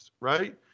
right